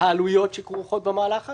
העלויות שכרוכות במהלך הזה.